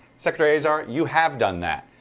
secretary azar, you have done that,